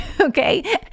Okay